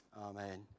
amen